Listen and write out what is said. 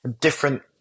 different